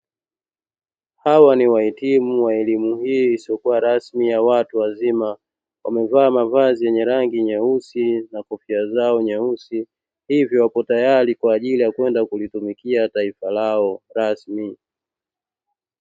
Hawa ni wahitimu wa elimu hii isiyokuwa rasmi ya watu wazima. Wamevaa mavazi yenye rangi nyeusi na kofia zao nyeusi, hivyo wapo tayari kwa ajili ya kwenda kulitumikia taifa lao rasmi.